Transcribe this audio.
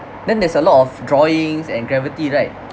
then there's a lot of drawings and graffiti right